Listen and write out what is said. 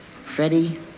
Freddie